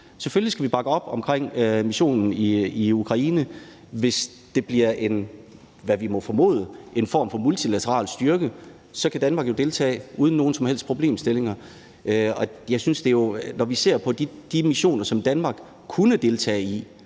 Selvfølgelig skal vi bakke op omkring missionen i Ukraine, hvis det bliver en, hvad vi må formode, form for multilateral styrke. Så kan Danmark jo deltage uden nogen som helst problemer. Når vi ser på de missioner, som Danmark kunne deltage i